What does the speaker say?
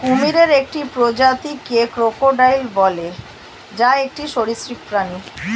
কুমিরের একটি প্রজাতিকে ক্রোকোডাইল বলে, যা একটি সরীসৃপ প্রাণী